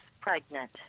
pregnant